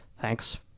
Thanks